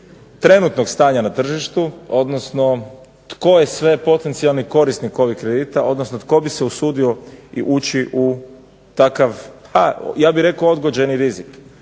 trenutnog stanja na tržištu odnosno tko je sve potencijalni korisnik ovih kredita odnosno tko bi se usudio i ući u takav ja bih rekao odgođeni rizik.